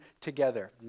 together